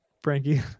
Frankie